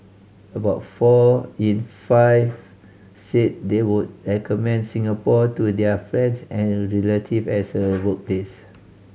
about four in five say they would recommend Singapore to their friends and relative as a workplace